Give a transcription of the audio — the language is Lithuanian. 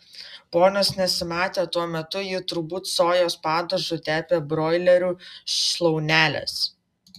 ponios nesimatė tuo metu ji turbūt sojos padažu tepė broilerių šlauneles